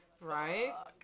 Right